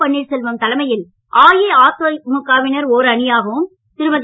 பன்னீர்செல்வம் தலைமையில் அஇஅதிமுக வினர் ஒர் அணியாகவும் திருமதி